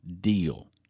Deal